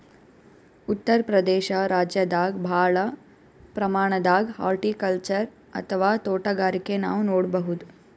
ಉತ್ತರ್ ಪ್ರದೇಶ ರಾಜ್ಯದಾಗ್ ಭಾಳ್ ಪ್ರಮಾಣದಾಗ್ ಹಾರ್ಟಿಕಲ್ಚರ್ ಅಥವಾ ತೋಟಗಾರಿಕೆ ನಾವ್ ನೋಡ್ಬಹುದ್